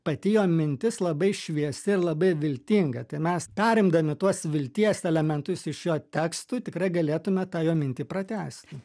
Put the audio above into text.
pati jo mintis labai šviesi labai viltinga mes perimdami tuos vilties elementus iš jo tekstų tikrai galėtume tą jo mintį pratęsti